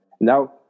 now